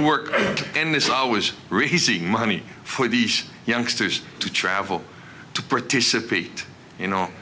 work and this always really easy money for these youngsters to travel to participate you know